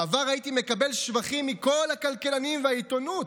בעבר הייתי מקבל שבחים מכל הכלכלנים והעיתונות,